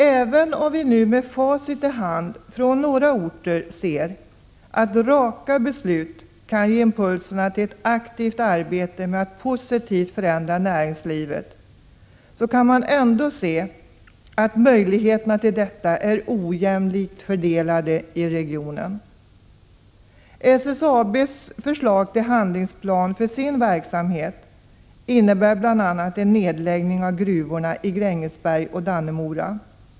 Även om vi nu med facit i hand, efter erfarenheterna från några orter, ser att raka beslut kan ge impulser till ett aktivt arbete med att positivt förändra näringslivet, kan man se att möjligheterna att uppnå detta är ojämlikt fördelade i regionen. SSAB:s förslag till handlingsplan för sin verksamhet innebär bl.a. en nedläggning av gruvorna i Grängesberg och Dannemora.